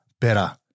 better